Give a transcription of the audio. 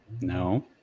No